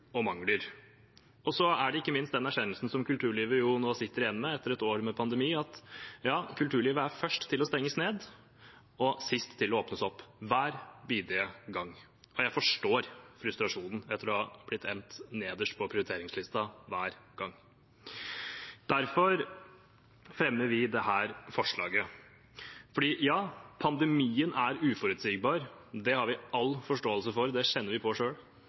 og mangler. Og så er det ikke minst den erkjennelsen som kulturlivet nå sitter igjen med etter et år med pandemi, at kulturlivet er først til å stenges ned og sist til å åpnes opp, hver bidige gang. Jeg forstår frustrasjonen etter at man har endt nederst på prioriteringslisten hver gang. Derfor fremmer vi dette forslaget. Pandemien er uforutsigbar – det har vi all forståelse for, det kjenner vi på